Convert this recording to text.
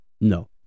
No